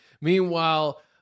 Meanwhile